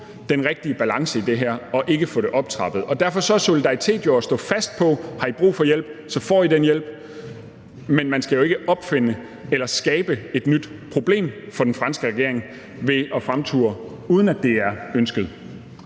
den rigtige balance i det her og ikke få det optrappet. Derfor er solidaritet jo at stå fast på, at har de brug for hjælp, så får de den hjælp. Men man skal jo ikke opfinde eller skabe et nyt problem for den franske regering ved at fremture, uden at det er ønsket.